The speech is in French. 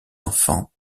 enfants